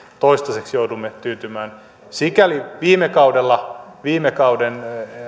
toistaiseksi joudumme tyytymään sikäli viime kaudella viime kauden